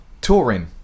Touring